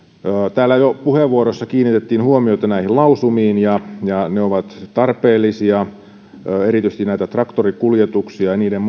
täällä jo puheenvuoroissa kiinnitettiin huomiota näihin lausumiin ja ja ne ovat tarpeellisia erityisesti näitä traktorikuljetuksia ja niiden